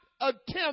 attempt